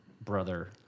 brother